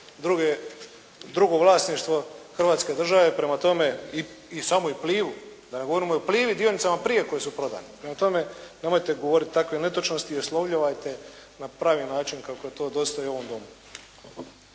drugo vlasništvo Hrvatske države, prema tome i samu Plivu, da ne govorimo o Plivinim dionicama prije koje su prodane. Prema tome, nemojte govoriti takve netočnosti i oslovljavajte na pravi način kako to i dostoji u ovom domu.